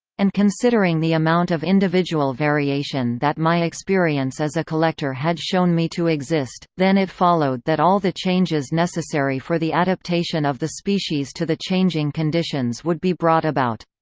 and considering the amount of individual variation that my experience as a collector had shown me to exist, then it followed that all the changes necessary for the adaptation of the species to the changing conditions would be brought about.